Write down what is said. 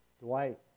Dwight